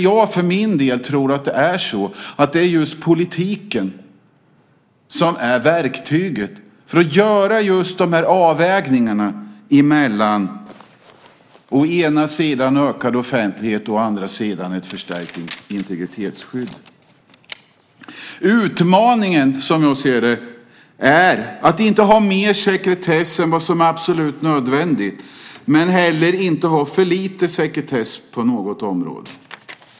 Jag för min del tror att politiken är det verktyg som behövs för att kunna göra avvägningarna mellan ökad offentlighet och ett förstärkt integritetsskydd. Utmaningen är, som jag ser det, att inte ha mer sekretess än det som är absolut nödvändigt men heller inte ha för lite sekretess på något område.